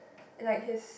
and like his